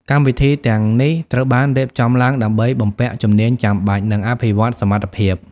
កម្មវិធីទាំងនេះត្រូវបានរៀបចំឡើងដើម្បី បំពាក់ជំនាញចាំបាច់ និងអភិវឌ្ឍសមត្ថភាព។